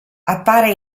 appare